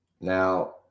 Now